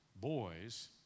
Boys